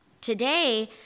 today